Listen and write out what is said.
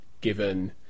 given